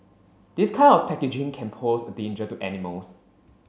this kind of packaging can pose a danger to animals